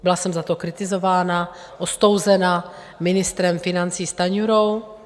Byla jsem za to kritizována, ostouzena ministrem financí Stanjurou.